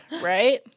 right